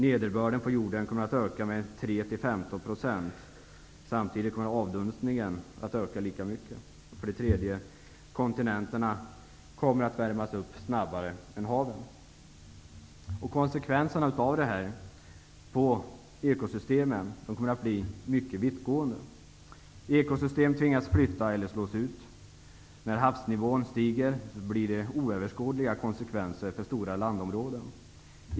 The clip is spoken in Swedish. Nederbörden ökar med 3--15 %. Samtidigt ökar avdunstningen lika mycket. 3. Kontinenterna kommer att värmas upp snabbare än haven. Konsekvenserna på ekosystemen kommer att bli mycket vittgående. Ekosystem tvingas flytta, eller också slås de ut. Havsnivån stiger, och det får oöverskådliga konsekvenser för stora landområden.